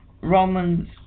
Romans